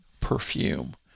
perfume